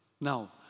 Now